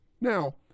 now